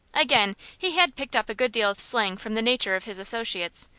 again, he had picked up a good deal of slang from the nature of his associates,